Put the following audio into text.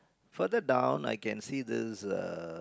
further down I can see there's uh